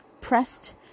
pressed